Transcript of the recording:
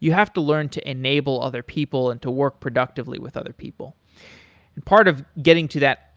you have to learn to enable other people and to work productively with other people part of getting to that